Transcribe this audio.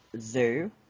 zoo